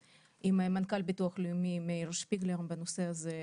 מנכ"ל ביטוח לאומי מאיר שפיגלר בנושא הזה,